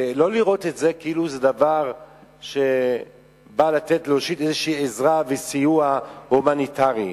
ולא לראות בזה כדבר שבא להושיט עזרה וסיוע הומניטרי.